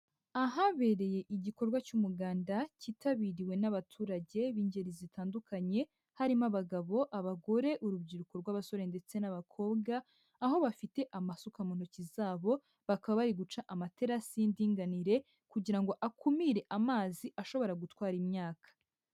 Ahabereye igikorwa cy'umuganda, cyitabiriwe n'abaturage b'ingeri zitandukanye, harimo abagabo, abagore, urubyiruko rw'abasore ndetse n'abakobwa, aho bafite amasuka mu ntoki zabo bakaba bari guca amaterasi y'indinganire, kugira ngo akumire amazi ashobora gutwara imyaka.